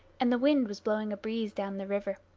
and the wind was blowing a breeze down the river.